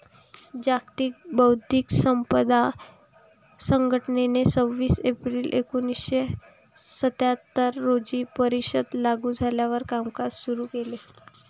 जागतिक बौद्धिक संपदा संघटनेने सव्वीस एप्रिल एकोणीसशे सत्याहत्तर रोजी परिषद लागू झाल्यावर कामकाज सुरू केले